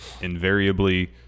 invariably